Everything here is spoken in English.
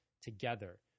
together